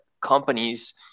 companies